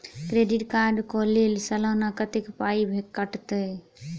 Credit card कऽ लेल सलाना कत्तेक पाई कटतै?